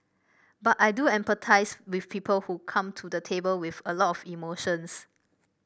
but I do empathise with people who come to the table with a lot of emotions